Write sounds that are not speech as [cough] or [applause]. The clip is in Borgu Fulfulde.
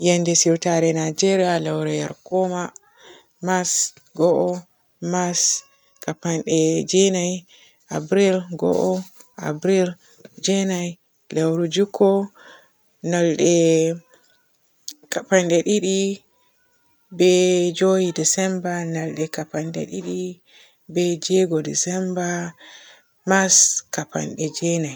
[noise] Yende siiwtare Nigeria lewre ya kooma. Mas go'o, Mas kapande jenayi, April go'o, April jenayi, lewru jukko nyalde kapande didi, be joowi Decemba, nalde kapande didi, be jeego Decemba, Mas kapande jeenayi.